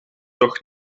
toch